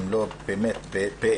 אם לא באמת פה אחד.